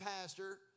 Pastor